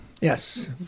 Yes